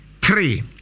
three